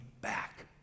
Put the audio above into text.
back